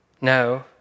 No